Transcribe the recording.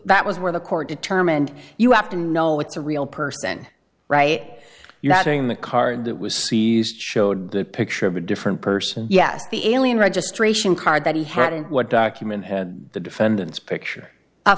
that was where the court determined you have to know it's a real person right you having the card that was seized showed the picture of a different person yes the alien registration card that he had and what document had the defendants picture a